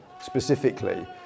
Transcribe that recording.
specifically